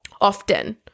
often